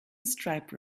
stripe